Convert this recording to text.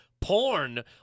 porn